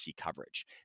coverage